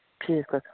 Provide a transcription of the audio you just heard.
ٹھیٖک حظ